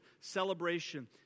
celebration